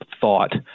thought